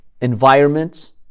environments